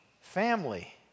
Family